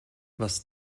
was